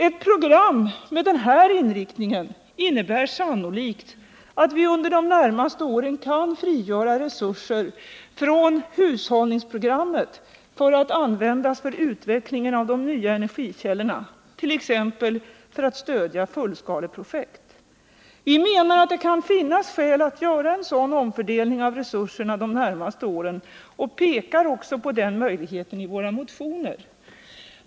Ett program med den här inriktningen innebär sannolikt att vi under de närmaste åren kan frigöra resurser från hushållningsprogrammet för att användas för utvecklingen av de nya energikällorna, t.ex. för att stödja fullskaleprojekt. Vi menar att det kan finnas skäl att göra en sådan omfördelning av resurserna de närmaste åren och pekar också på den möjligheten i våra motioner.